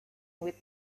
with